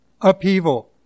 upheaval